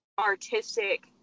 artistic